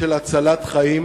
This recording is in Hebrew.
של הצלת חיים.